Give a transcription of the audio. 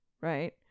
right